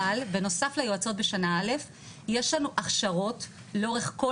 אבל בנוסף ליועצות בשנה א' יש לנו הכשרות לאורך כל